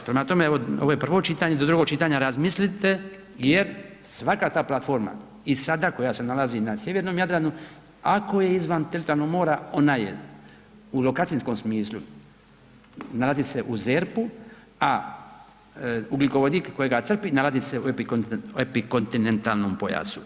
Prema tome, evo ovo je prvo čitanje, do drugog čitanja razmislite jer svaka ta platforma i sada koja se nalazi na sjevernom Jadranu ako je izvan teritorijalnog mora ona je u lokacijskom smislu nalazi se u ZERP-u, a ugljikovodik kojega crpi nalazi se u epikontinentalnom pojasu.